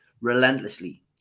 relentlessly